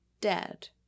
dead